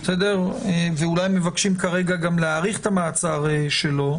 ואולי מבקשים להאריך את המעצר שלו,